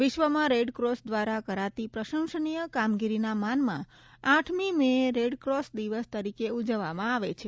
વિશ્વમાં રેડક્રોસ દ્વારા કરાતી પ્રશંસનીય કામગીરીના માનમાં આઠમી મેએ રેડક્રોસ દિવસ તરીકે ઉજવવામાં આવે છે